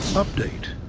update.